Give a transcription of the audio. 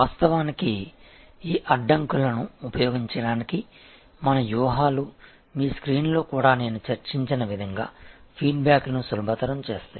వాస్తవానికి ఈ అడ్డంకులను ఉపయోగించడానికి మన వ్యూహాలు మీ స్క్రీన్లో కూడా నేను చర్చించిన విధంగా ఫీడ్బ్యాక్ను సులభతరం చేస్తాయి